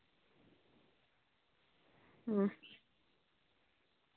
ᱦᱩᱸ